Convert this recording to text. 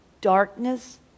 Darkness